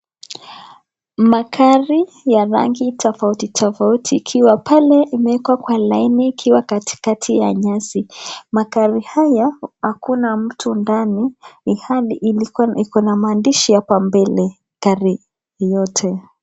Magari ya rangi tofauti tofauti, ikiwa pale imewekwa kwa laini ikiwa katikati ya nyasi. Magari haya, hakuna mtu ndani, ilhali ikona maandishi hapa mbele yote.